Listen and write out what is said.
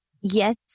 yes